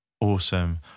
Awesome